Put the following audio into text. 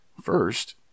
First